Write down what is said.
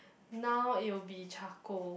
now it will be charcoal